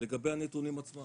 לגבי הנתונים עצמם,